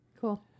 Cool